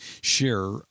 share